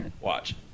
watch